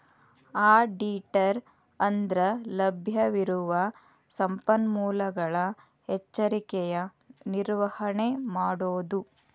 ಆಡಿಟರ ಅಂದ್ರಲಭ್ಯವಿರುವ ಸಂಪನ್ಮೂಲಗಳ ಎಚ್ಚರಿಕೆಯ ನಿರ್ವಹಣೆ ಮಾಡೊದು